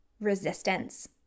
resistance